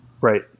Right